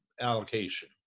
allocation